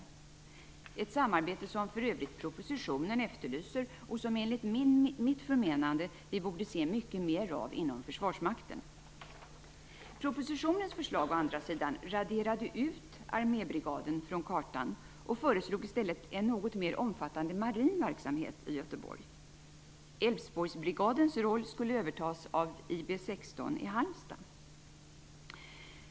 Det är för övrigt ett samarbete som propositionen efterlyser och som vi enligt mitt förmenande borde se mycket mer av inom Försvarsmakten. Propositionens förslag å andra sidan, raderade ut armébrigaden från kartan, och föreslog i stället en något mer omfattande marin verksamhet i Göteborg. Halmstad.